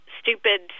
stupid